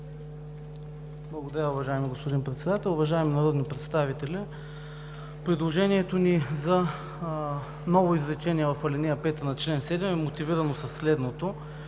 Благодаря, уважаеми господин Председател. Уважаеми народни представители, предложението ни за ново изречение в ал. 5 на чл. 7 е мотивирано със следното.